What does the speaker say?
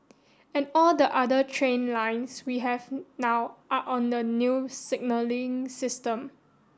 and all the other train lines we have now are on the new signalling system